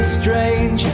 strange